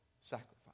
sacrifice